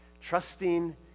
Trusting